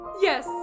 Yes